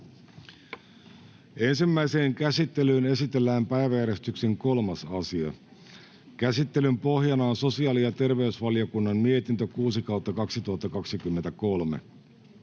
Ensimmäiseen käsittelyyn esitellään päiväjärjestyksen 3. asia. Käsittelyn pohjana on sosiaali- ja terveysvaliokunnan mietintö StVM